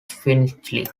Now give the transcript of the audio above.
finchley